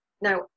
Now